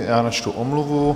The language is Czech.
Já načtu omluvu.